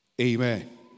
Amen